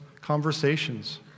conversations